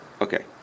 Okay